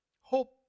Hope